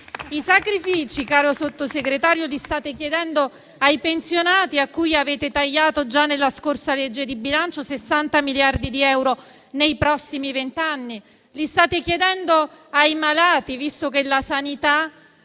I sacrifici, caro Sottosegretario, li state chiedendo ai pensionati a cui avete tagliato già nella scorsa legge di bilancio 60 miliardi di euro nei prossimi vent'anni; li state chiedendo ai malati, visto che siete